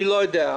אני לא יודע.